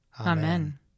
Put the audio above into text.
Amen